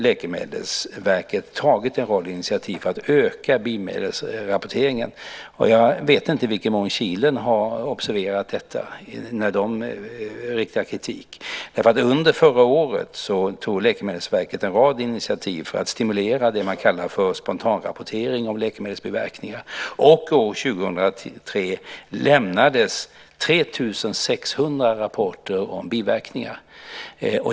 Läkemedelsverket har tagit en rad initiativ för att öka biverkningsrapporteringen. Jag vet inte i vilken mån KILEN har observerat det när man riktar kritik mot den. Under förra året tog Läkemedelsverket en rad initiativ för att stimulera det man kallar för spontanrapportering av läkemedelsbiverkningar. År 2003 lämnades 3 600 rapporter om biverkningar.